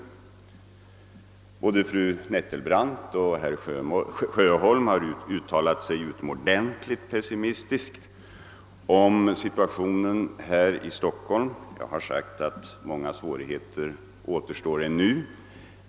Både fru Nettelbrandt och herr Sjöholm har här uttalat sig utomordentligt pessimistiskt om situationen i Stockholm, och jag har sagt att många svårigheter återstår att lösa.